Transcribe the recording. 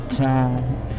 time